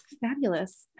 Fabulous